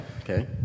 Okay